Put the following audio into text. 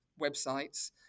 websites